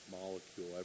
molecule